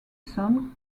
son